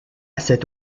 cette